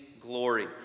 glory